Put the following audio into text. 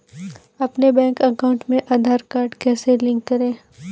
अपने bank account में Aadhaar card कैसे लिंक करें?